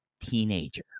teenager